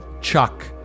Chuck